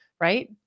Right